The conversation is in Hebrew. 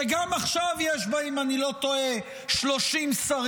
שגם עכשיו יש בה אם אני לא טועה 30 שרים,